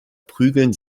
prügeln